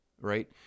right